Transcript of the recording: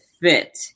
fit